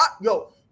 Yo